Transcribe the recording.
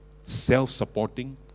Self-supporting